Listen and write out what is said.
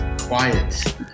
quiet